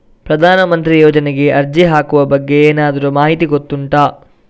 ಪ್ರಧಾನ ಮಂತ್ರಿ ಯೋಜನೆಗೆ ಅರ್ಜಿ ಹಾಕುವ ಬಗ್ಗೆ ಏನಾದರೂ ಮಾಹಿತಿ ಗೊತ್ತುಂಟ?